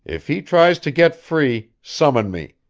if he tries to get free, summon me.